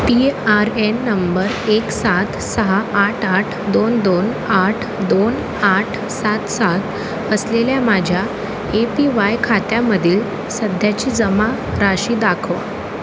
P R N number एक सात सहा आठ आठ दोन दोन आठ दोन आठ सात सात असलेल्या माझ्या ए पी वाय खात्यामधील सध्याची जमा राशी दाखवा